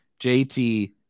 JT